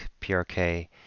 prk